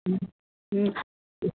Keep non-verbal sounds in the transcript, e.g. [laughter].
[unintelligible]